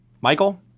Michael